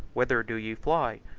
whither do ye fly?